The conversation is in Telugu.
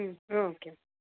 ఓకే